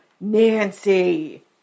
Nancy